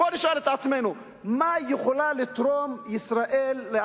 בואו נשאל את עצמנו מה ישראל יכולה לתרום לארצות-הברית